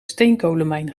steenkolenmijn